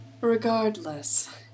Regardless